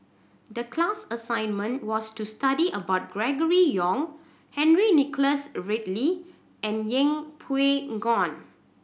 the class assignment was to study about Gregory Yong Henry Nicholas Ridley and Yeng Pway Ngon